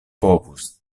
povus